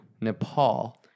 Nepal